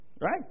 Right